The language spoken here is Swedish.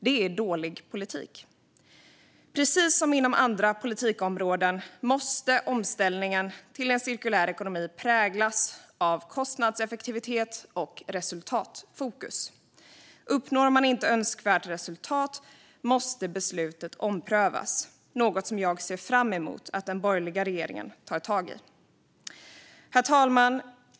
Det är dålig politik. Precis som inom andra politikområden måste omställningen till en cirkulär ekonomi präglas av kostnadseffektivitet och resultatfokus. Uppnår man inte önskvärt resultat måste beslutet omprövas, något som jag ser fram emot att den borgerliga regeringen tar tag i. Herr talman!